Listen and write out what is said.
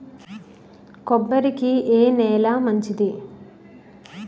కొబ్బరి కి ఏ నేల మంచిది?